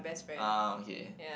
uh okay